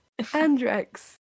Andrex